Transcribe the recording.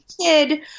kid